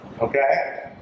Okay